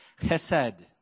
chesed